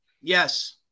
Yes